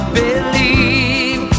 believe